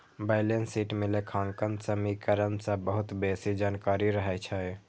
balance sheet मे लेखांकन समीकरण सं बहुत बेसी जानकारी रहै छै